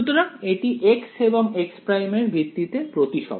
সুতরাং এটি x এবং x' এর ভিত্তিতে প্রতিসম